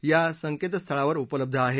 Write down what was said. या संकेतस्थळावर उपलब्ध आहे